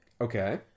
Okay